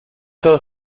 todos